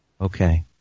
Okay